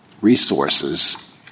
resources